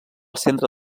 centre